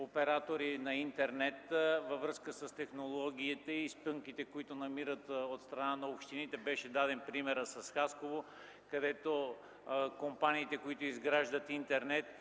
оператори на интернет във връзка с технологиите и спънките, които намират от страна на общините. Беше даден пример с Хасково, където за компаниите, които изграждат интернет,